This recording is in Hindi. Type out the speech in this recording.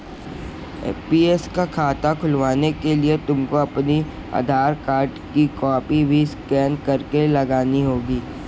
एन.पी.एस का खाता खुलवाने के लिए तुमको अपने आधार कार्ड की कॉपी भी स्कैन करके लगानी होगी